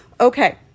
Okay